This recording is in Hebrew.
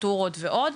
חלטורות ועוד.